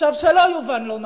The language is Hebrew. שלא יובן לא נכון.